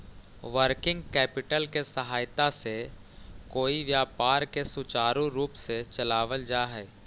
working capital के सहायता से कोई व्यापार के सुचारू रूप से चलावल जा हई